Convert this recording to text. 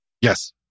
Yes